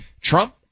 Trump